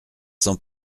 sans